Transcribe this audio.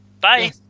Bye